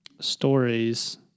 stories